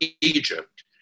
Egypt